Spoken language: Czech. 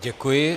Děkuji.